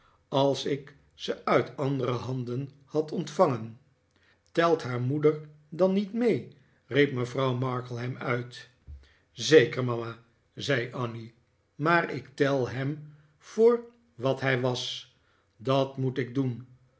als ik ze uit andere handen had ontvangen telt haar rhoeder dan niet mee riep mevrouw markleham uit zeker mama zei annie maar ik tel hem voor wat hij was dat moet ik doen